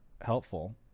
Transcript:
helpful